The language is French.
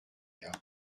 gars